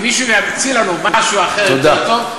אם מישהו ימציא לנו משהו אחר יותר טוב,